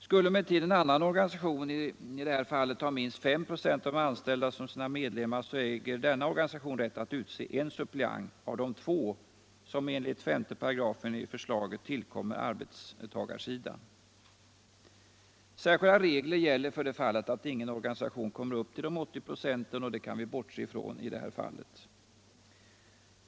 Skulle emellertid en annan organisation i detta fall ha minst 5 ?6 av de anställda som sina medlemmar äger denna organisation rätt att utse en suppleant av de två som enligt 5§ i förslaget tillkommer arbetstagarsidan. Särskilda regler gäller för det fallet att ingen organisation kommer upp till 80 26. Vi kan bortse från det fallet här.